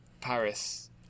Paris